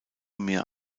mehr